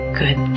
good